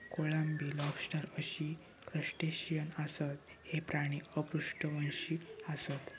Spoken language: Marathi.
कोळंबी, लॉबस्टर अशी क्रस्टेशियन आसत, हे प्राणी अपृष्ठवंशी आसत